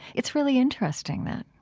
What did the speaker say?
it's really interesting, that